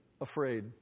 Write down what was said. afraid